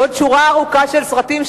ועוד שורה ארוכה של סרטים,